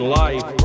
life